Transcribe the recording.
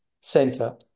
center